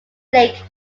lake